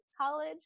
college